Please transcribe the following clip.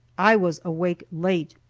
i was awake late.